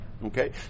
okay